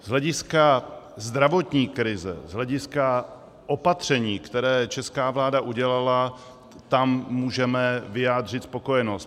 Z hlediska zdravotní krize, z hlediska opatření, která česká vláda udělala, tam můžeme vyjádřit spokojenost.